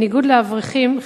בניגוד לאברכים,